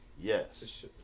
Yes